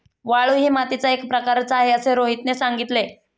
वाळू ही मातीचा एक प्रकारच आहे असे रोहितने सांगितले